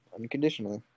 unconditionally